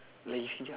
lagi sekejap